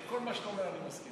שכל מה שאתה אומר אני מסכים.